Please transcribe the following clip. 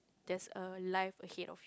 that's a life ahead of